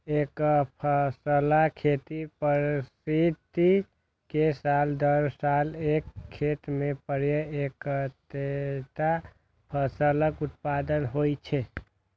एकफसला खेती पद्धति मे साल दर साल एक खेत मे प्रायः एक्केटा फसलक उत्पादन होइ छै